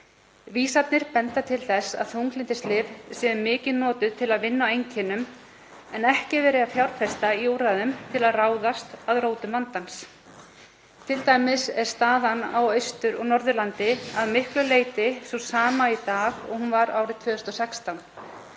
Vísarnir benda til þess að þunglyndislyf séu mikið notuð til að vinna á einkennum en ekki er verið að fjárfesta í úrræðum til að ráðast að rótum vandans. Til dæmis er staðan á Austur- og Norðurlandi að miklu leyti sú sama í dag og hún var árið 2016,